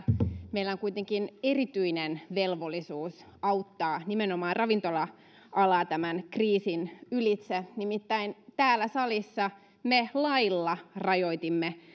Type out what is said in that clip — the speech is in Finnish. meillä on kuitenkin erityinen velvollisuus auttaa nimenomaan ravintola alaa tämän kriisin ylitse nimittäin täällä salissa me lailla rajoitimme